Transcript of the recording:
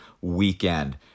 weekend